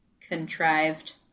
contrived